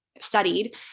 studied